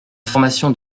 formation